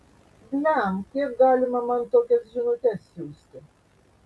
blem kiek galima man tokias žinutes siųsti